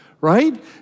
right